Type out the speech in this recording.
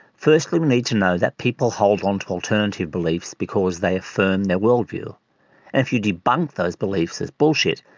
firstly we need to know that people hold onto alternative beliefs because they affirm their worldview, and if you debunk those beliefs as bullshit,